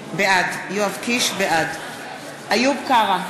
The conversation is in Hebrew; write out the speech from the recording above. בעד איוב קרא,